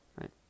right